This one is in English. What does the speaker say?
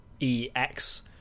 EX